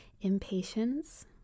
impatience